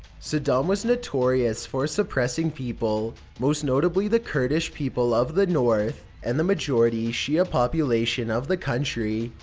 saddam was notorious for suppressing people, most notably the kurdish people of the north, and the majority shia population of the country.